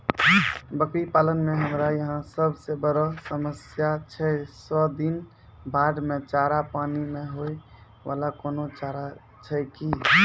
बकरी पालन मे हमरा यहाँ सब से बड़ो समस्या छै सौ दिन बाढ़ मे चारा, पानी मे होय वाला कोनो चारा छै कि?